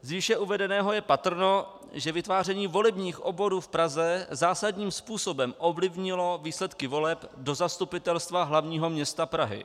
Z výše uvedeného je patrné, že vytváření volebních obvodů v Praze zásadním způsobem ovlivnilo výsledky voleb do Zastupitelstva hlavního města Prahy.